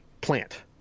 plant